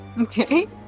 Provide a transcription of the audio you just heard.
Okay